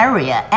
Area